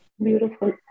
beautiful